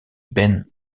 ben